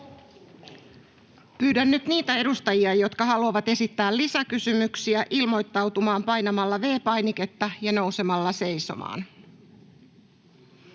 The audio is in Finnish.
Pyydän nyt niitä edustajia, jotka haluavat esittää lisäkysymyksiä, ilmoittautumaan painamalla V-painiketta ja nousemalla seisomaan.